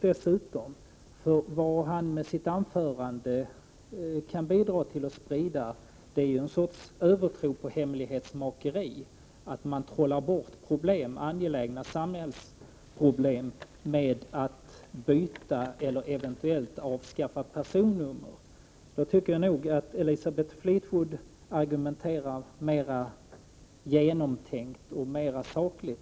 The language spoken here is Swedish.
Han kan med sitt anförande bidra till att sprida en sorts övertro på hemlighetsmakeri, att man kan trolla bort angelägna samhällsproblem genom att byta eller eventuellt avskaffa personnummer. I den här frågan tycker jag att Elisabeth Fleetwood argumenterar mer genomtänkt och sakligt.